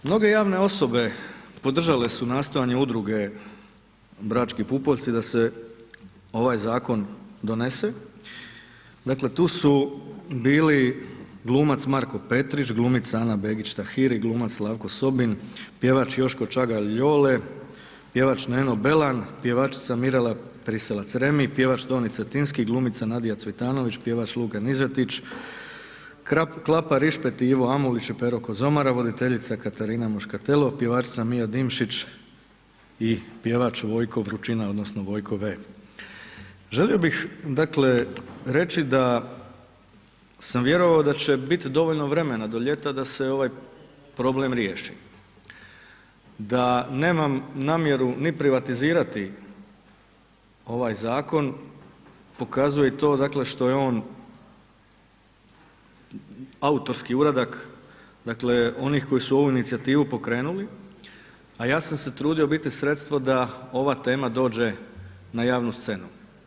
Mnoge javne osobe podržale su nastojanje Udruge Brački pupoljci da se ovaj zakon donese, dakle tu su bili glumac Marko Petrić, glumica Ana Begić-Tahiri, glumac Slavko Sobin, pjevač Joško Čagalj-Jole, pjevač Neno Belan, pjevačica Mirela Priselac-Remi, pjevač Toni Cetinski, glumica Nadija Cvitanović, pjevač Luka Nižetić, Klapa Rišpet i Ivo Amulić i Pero Kozomara, voditeljica Katarina Muškatelo, pjevačica Mija Dimšić i pjevač Vojko Vručina, odnosno Vojko V. Želio bih dakle reći da sam vjerovao da će biti dovoljno vremena do ljeta da se ovaj problem riješi, da nemam namjeru ni privatizirati ovaj zakon pokazuje i to dakle što je on autorski uradak dakle onih koji su ovu inicijativu pokrenuli a ja sam se trudio biti sredstvo da ova tema dođe na javnu scenu.